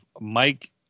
Mike